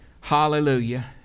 hallelujah